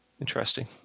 Interesting